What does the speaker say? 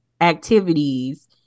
activities